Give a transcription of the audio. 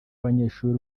abanyeshuri